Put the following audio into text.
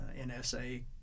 NSA